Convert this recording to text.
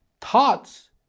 Thoughts